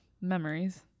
memories